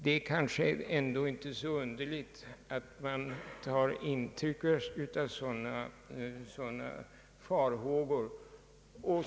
Det är inte så underligt, om vi tar intryck av sådana farhågor.